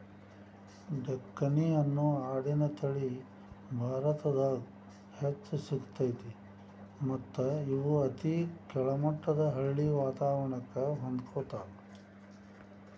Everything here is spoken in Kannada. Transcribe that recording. ಡೆಕ್ಕನಿ ಅನ್ನೋ ಆಡಿನ ತಳಿ ಭಾರತದಾಗ್ ಹೆಚ್ಚ್ ಸಿಗ್ತೇತಿ ಮತ್ತ್ ಇವು ಅತಿ ಕೆಳಮಟ್ಟದ ಹಳ್ಳಿ ವಾತವರಣಕ್ಕ ಹೊಂದ್ಕೊತಾವ